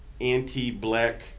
anti-black